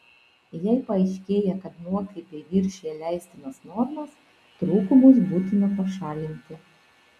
jei paaiškėja kad nuokrypiai viršija leistinas normas trūkumus būtina pašalinti